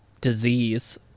disease